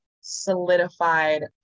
solidified